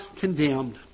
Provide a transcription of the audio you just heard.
condemned